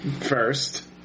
first